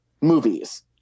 movies